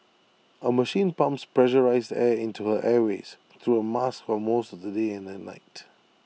A machine pumps pressurised air into her airways through A mask for most of the day and at night